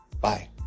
Bye